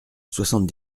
soixante